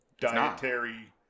dietary